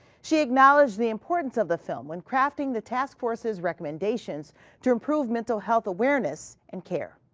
she acknowledged the importance of the film when crafting the task force's recommendations to improve mental health awareness and care.